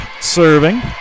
serving